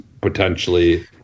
potentially